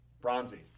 Bronzy